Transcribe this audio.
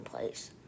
place